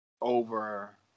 over